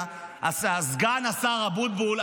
תבוא למשרד, חצוף.